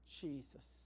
Jesus